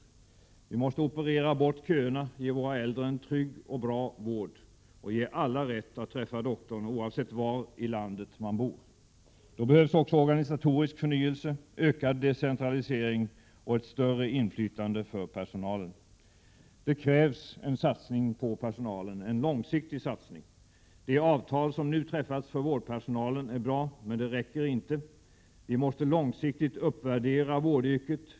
Vi måste genomföra fler operationer för att få bort köerna, ge våra äldre en trygg och bra vård och ge alla rätt att träffa doktorn oavsett var i landet man bor. Då behövs också organisatorisk förnyelse, ökad decentralisering och ett större inflytande för personalen. Det krävs en satsning på personalen, en långsiktig satsning. Det avtal som nu träffats för vårdpersonalen är bra, men det räcker inte. Vi måste långsiktigt uppvärdera vårdyrket.